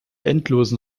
endlosen